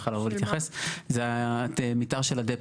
הוא יכול היה לבוא ולהתייחס זה המתאר של הדיפו,